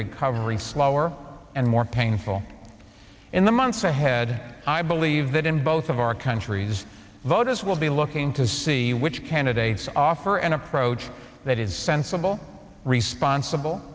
recovery slower and more painful in the months ahead i believe that in both of our countries voters will be looking to see which candidates offer an approach that is sensible responsible